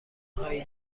هایی